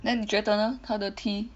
then 你觉得呢它的 tea